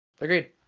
Agreed